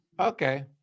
Okay